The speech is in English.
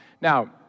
Now